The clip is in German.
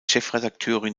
chefredakteurin